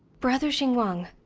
brother xinguang,